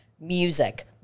music